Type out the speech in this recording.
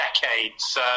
decades